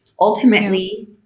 Ultimately